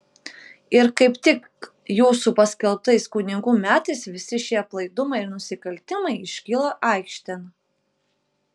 ir kaip tik jūsų paskelbtais kunigų metais visi šie aplaidumai ir nusikaltimai iškyla aikštėn